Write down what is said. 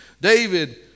David